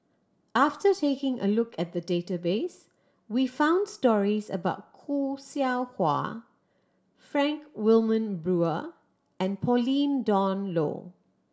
after taking a look at the database we found stories about Khoo Seow Hwa Frank Wilmin Brewer and Pauline Dawn Loh